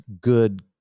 good